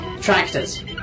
Tractors